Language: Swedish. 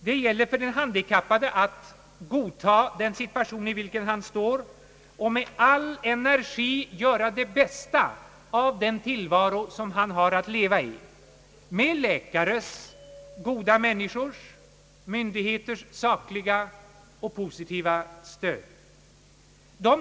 Det gäller för den handikappade att godta den situation i vilken han befinner sig och med all energi göra det bästa av den tillvaro som han har att leva i — med läkares, goda människors och myndigheters sakliga och positiva stöd.